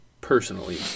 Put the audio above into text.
personally